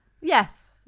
Yes